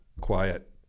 quiet